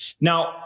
Now